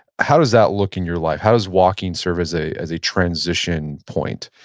how does that look in your life? how does walking serve as a as a transition point?